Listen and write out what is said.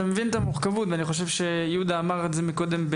אתה מבין את המורכבות ואני חושב שיהודה אמר את זה מקודם,